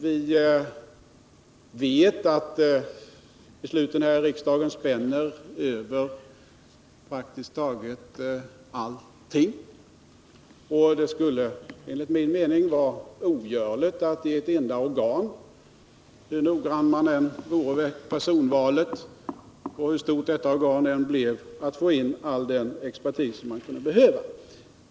Vi vet att riksdagens beslut spänner över praktiskt taget allting, och det skulle enligt min mening vara ogörligt att i ett enda organ, hur noggrann man än vore vid personvalet och hur stort detta organ än blev, få in all den expertis som man kunde behöva.